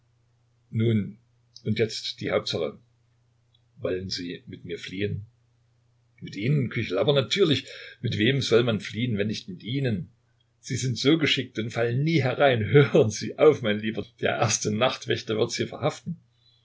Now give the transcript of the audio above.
nun und jetzt die hauptsache wollen sie mit mir fliehen mit ihnen küchel aber natürlich mit wem soll man fliehen wenn nicht mit ihnen sie sind so geschickt und fallen nie herein hören sie auf mein lieber der erste nachtwächter wird sie verhaften